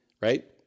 right